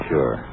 Sure